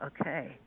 okay